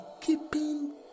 keeping